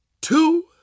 two